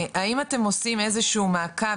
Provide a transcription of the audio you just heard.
האם אתם עושים איזה שהוא מעקב,